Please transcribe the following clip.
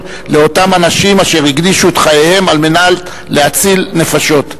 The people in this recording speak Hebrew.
לאותם אנשים אשר הקדישו את חייהם על מנת להציל נפשות.